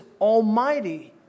almighty